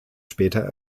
später